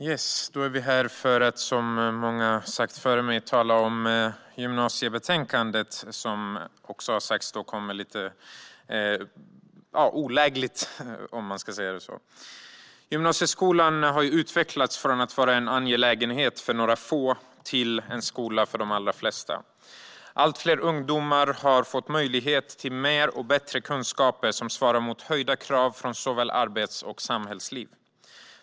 Herr talman! Vi är här för att tala om gymnasiebetänkandet, som kommer lite olägligt, vilket har sagts tidigare. Gymnasieskolan har utvecklats från att vara en angelägenhet för några få till att vara en skola för de allra flesta. Allt fler ungdomar har fått möjlighet till mer och bättre kunskaper som svarar mot höjda krav från såväl arbets som samhällsliv.